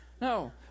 No